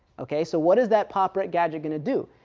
ok, so what is that pop ret gadget going to do?